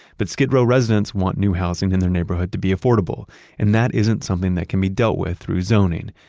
but skid row residents want new housing in their neighborhood to be affordable and that isn't something that can be dealt with through zoning.